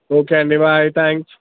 okay and bye thanks